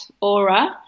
aura